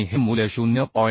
आणि हे मूल्य 0